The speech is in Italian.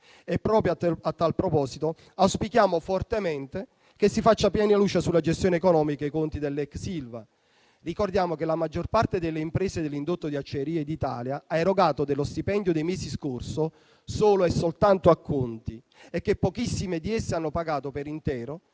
Proprio a tal proposito, auspichiamo fortemente che si faccia piena luce sulla gestione economica e sui conti dell'ex Ilva. Ricordiamo che la maggior parte delle imprese dell'indotto di Acciaierie d'Italia ha erogato dello stipendio dei mesi scorsi solo e soltanto acconti e che pochissime di esse hanno pagato per intero